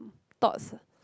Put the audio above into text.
thoughts